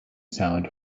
sound